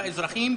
באזרחים,